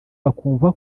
bakumva